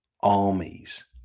armies